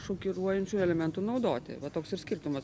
šokiruojančių elementų naudoti va toks ir skirtumas